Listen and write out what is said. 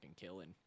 killing